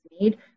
need